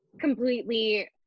completely